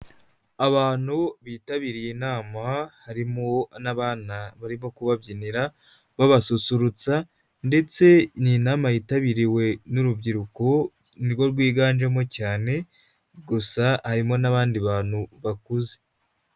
Abantu bitabiriye inama harimo n'abana barimo kubabyinira babasusurutsa ndetse ni inama yitabiriwe n'urubyiruko ni rwo rwiganjemo cyane, gusa harimo n'abandi bantu bakuze.